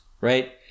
right